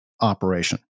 operation